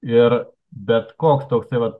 ir bet koks toksai va